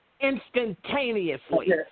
instantaneously